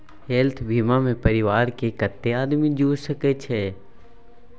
Health बीमा मे परिवार के कत्ते आदमी जुर सके छै?